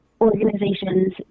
organizations